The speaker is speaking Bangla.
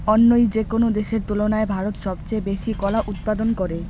অইন্য যেকোনো দেশের তুলনায় ভারত সবচেয়ে বেশি কলা উৎপাদন করে